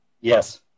Yes